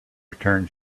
return